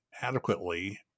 adequately